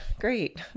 Great